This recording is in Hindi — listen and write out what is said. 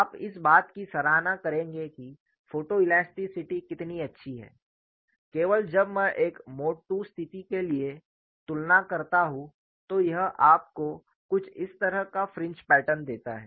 आप इस बात की सराहना करेंगे कि फोटोइल्यास्टीसिटी कितनी अच्छी है केवल जब मैं एक मोड II स्थिति के लिए तुलना करता हूं तो यह आपको कुछ इस तरह का फ्रिंज पैटर्न देता है